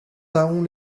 thaon